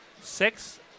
six